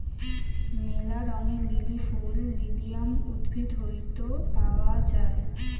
ম্যালা রঙের লিলি ফুল লিলিয়াম উদ্ভিদ হইত পাওয়া যায়